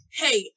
hey